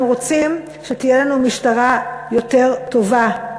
רוצים שתהיה לנו משטרה יותר טובה.